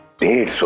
did